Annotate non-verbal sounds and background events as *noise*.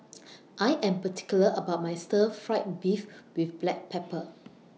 *noise* I Am particular about My Stir Fried Beef with Black Pepper